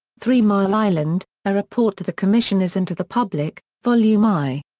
three mile island a report to the commissioners and to the public, volume i.